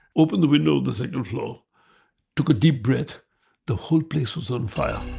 opened the window of the second floor took a deep breath the whole place was on fire.